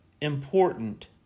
important